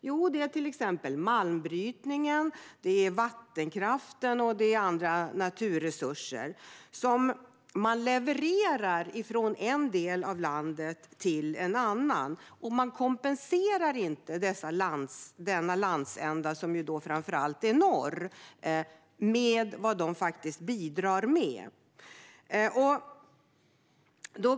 Jo, det är till exempel malmbrytningen, vattenkraften och andra naturresurser som man levererar från en del av landet till en annan och att den landsända som producerar detta, framför allt norr, inte kompenseras för vad den faktiskt bidrar med.